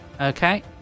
Okay